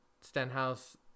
Stenhouse